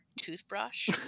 toothbrush